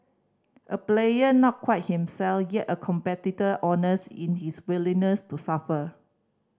a player not quite himself yet a competitor honest in his willingness to suffer